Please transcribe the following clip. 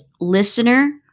listener